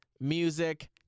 music